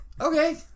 Okay